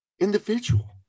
individual